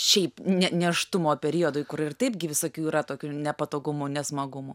šiaip ne nėštumo periodui kur ir taipgi visokių yra tokių nepatogumų nesmagumų